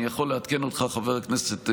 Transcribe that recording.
אני יכול לעדכן אותך, חבר הכנסת ואטורי,